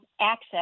access